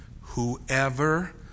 whoever